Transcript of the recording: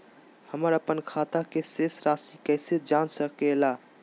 हमर अपन खाता के शेष रासि कैसे जान सके ला?